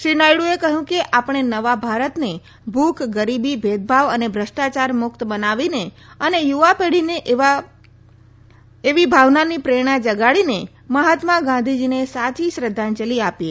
શ્રી નાયડુએ કહયું કે આપણે નવા ભારતને ભુખ ગરીબી ભેદભાવ અને ભ્રષ્ટાચાર મુકત બનાવીને અને યુવા પેઢીને એવા ભાવનાની પ્રેરણા જગાડીને મહાત્મા ગાંધીજીને સાચી શ્રધ્ધાંજલી આપીએ